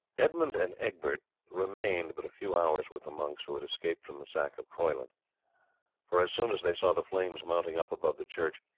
edmund and egbert remained but a few hours with the monks who had escaped from the sack of croyland for, as soon as they saw the flames mounting up above the church,